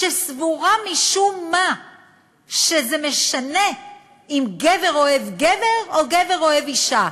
שסבורה משום מה שזה משנה אם גבר אוהב גבר או גבר אוהב אישה.